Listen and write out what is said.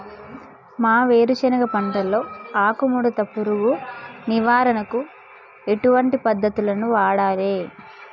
మా వేరుశెనగ పంటలో ఆకుముడత పురుగు నివారణకు ఎటువంటి పద్దతులను వాడాలే?